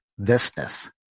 thisness